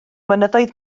mynyddoedd